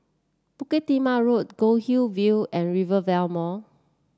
Bukit Timah Road Goldhill View and Rivervale Mall